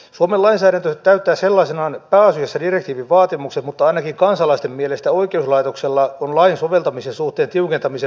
suomen lainsäädäntö täyttää sellaisenaan pääasiassa direktiivin vaatimukset mutta ainakin kansalaisten mielestä oikeuslaitoksella on lain soveltamisen suhteen tiukentamiseen varaa